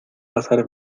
pasar